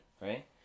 right